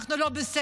אנחנו לא בסדר.